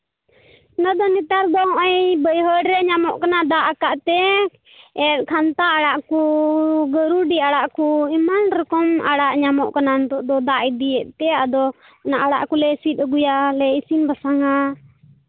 ᱚᱱᱟᱫᱚ ᱱᱮᱛᱟᱨ ᱫᱚ ᱱᱚᱜᱼᱚᱭ ᱵᱟᱹᱭᱦᱟᱹᱲ ᱨᱮ ᱧᱟᱢᱚᱜ ᱠᱟᱱᱟ ᱫᱟᱜ ᱟᱠᱟᱫ ᱛᱮ ᱠᱷᱟᱱᱛᱟ ᱟᱲᱟᱜ ᱠᱚ ᱜᱟᱹᱨᱩᱱᱰᱤ ᱟᱲᱟᱜ ᱠᱚ ᱮᱢᱟᱱ ᱨᱚᱠᱚᱢ ᱟᱲᱟᱜ ᱧᱟᱢᱚᱜ ᱠᱟᱱᱟ ᱱᱤᱛᱚᱜ ᱫᱚ ᱫᱟᱜ ᱤᱫᱤᱭᱮᱫ ᱛᱮ ᱚᱱᱟ ᱟᱲᱟᱜ ᱠᱚᱞᱮ ᱥᱤᱫ ᱟᱹᱜᱩᱭᱟ ᱟᱨᱞᱮ ᱤᱥᱤᱱ ᱵᱟᱥᱟᱝᱟ